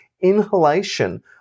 inhalation